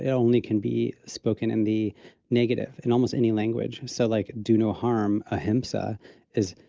only can be spoken in the negative in almost any language. so like, do no harm ahimsa is